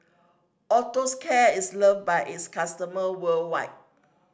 Osteocare is loved by its customer worldwide